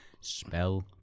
Spell